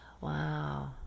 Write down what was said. Wow